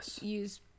use